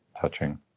touching